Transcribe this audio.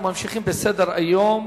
אנחנו ממשיכים בסדר-היום: